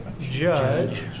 judge